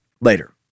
later